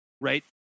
right